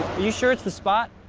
you sure it's this spot?